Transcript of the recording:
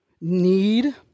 need